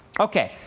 ok,